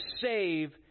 save